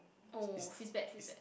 oh feels bad feels bad